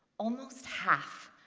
almost half.